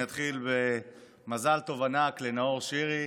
אני אתחיל במזל טוב ענק לנאור שירי.